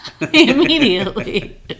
Immediately